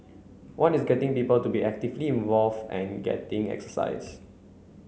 one is getting people to be actively involve and getting exercise